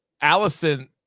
Allison